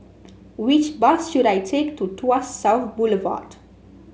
which bus should I take to Tuas South Boulevard